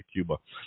Cuba